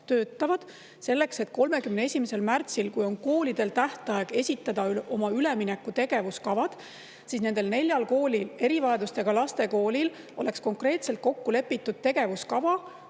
töötavad, selleks et 31. märtsil, kui on koolidel tähtaeg esitada oma ülemineku tegevuskavad, oleks nendel neljal erivajadustega laste koolil konkreetselt kokkulepitud tegevuskava,